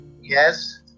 Yes